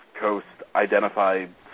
Coast-identified